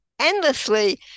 endlessly